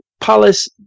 Palace